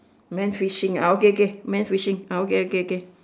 man fishing ah okay okay men fishing ah okay okay okay